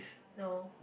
no